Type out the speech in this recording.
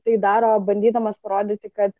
tai daro bandydamas parodyti kad